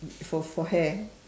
for for hair